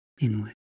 inward